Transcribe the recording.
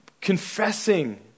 confessing